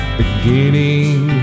beginning